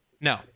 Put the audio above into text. No